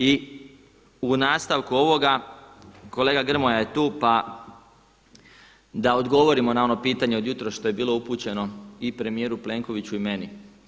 I u nastavku ovoga, kolega Grmoja je tu pa da odgovorim na ono pitanje od jutros što je bilo upućeno i premijeru Plenkoviću i meni.